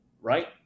Right